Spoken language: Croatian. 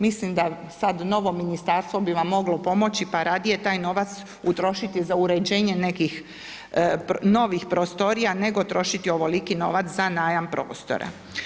Mislim da sad novo ministarstvo bi vam moglo pomoći, pa radije taj novac utrošiti za uređenje nekih novih prostorija nego trošiti ovoliko novac za najam prostora.